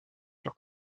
sur